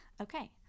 Okay